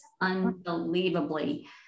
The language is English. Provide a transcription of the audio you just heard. unbelievably